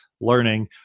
learning